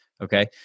Okay